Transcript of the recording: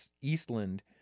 Eastland